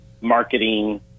marketing